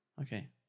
Okay